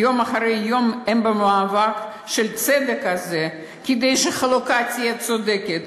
יום אחרי יום הם במאבק של הצדק הזה כדי שהחלוקה תהיה צודקת,